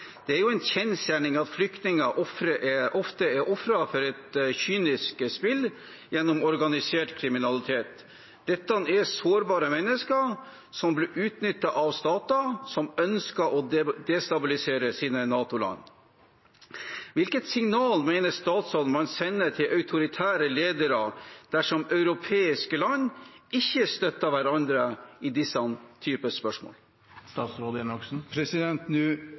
Det er en kjensgjerning at flyktninger ofte er ofre for et kynisk spill gjennom organisert kriminalitet. Dette er sårbare mennesker som blir utnyttet av stater som ønsker å destabilisere NATO-land. Hvilket signal mener statsråden at man sender til autoritære ledere dersom europeiske land ikke støtter hverandre i